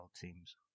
team's